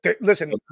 Listen